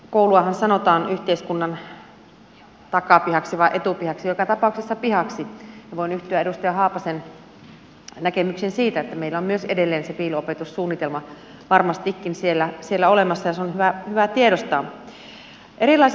kouluahan sanotaan yhteiskunnan takapihaksi vai etupihaksi joka tapauksessa pihaksi ja voin yhtyä edustaja haapasen näkemyksiin siitä että meillä on myös edelleen se piilo opetussuunnitelma varmastikin siellä olemassa ja se on hyvä tiedostaa